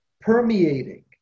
permeating